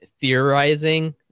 theorizing